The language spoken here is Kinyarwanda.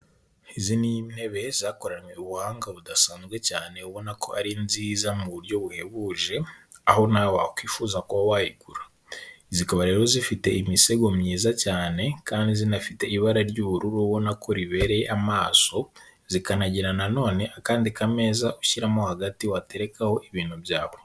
Izi ni intebe zakoranywe ubuhanga budasanzwe cyane. Ubona ko ari nziza mu buryo buhebuje, aho nawe wakwifuza kuba wayigura. Zikaba rero zifite imisego myiza cyane kandi zinafite ibara ry'uburu ubona ko ribereye amaso. Zikanagira nanone akandi kameza ushyiramo hagati waterekaho ibintu byawe.